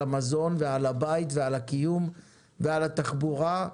המזון ועל הבית ועל הקיום ועל התחבורה,